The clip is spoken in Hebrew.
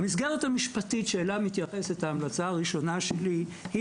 המסגרת המשפטית שאליה מתייחסת ההמלצה הראשונה שלי היא